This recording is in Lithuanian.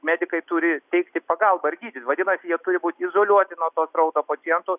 medikai turi teikti pagalbą ir gydyt vadinasi jie turi būt izoliuoti nuo to srauto pacientų